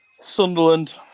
Sunderland